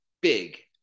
big